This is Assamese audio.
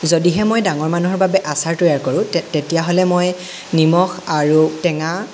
যদিহে মই ডাঙৰ মানুহৰ বাবে আচাৰ তৈয়াৰ কৰোঁ তে তেতিয়াহ'লে মই নিমখ আৰু টেঙা